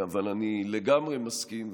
אבל אני לגמרי מסכים,